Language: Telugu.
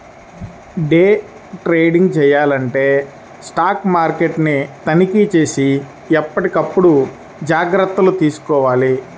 డే ట్రేడింగ్ చెయ్యాలంటే స్టాక్ మార్కెట్ని తనిఖీచేసి ఎప్పటికప్పుడు జాగర్తలు తీసుకోవాలి